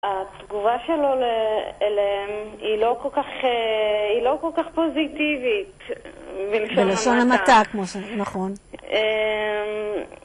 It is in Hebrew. התגובה שלו אליהם היא לא כל כך פוזיטיבית בלשון המעטה. בלשון המעטה. נכון. אממממ